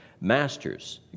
Masters